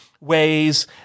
ways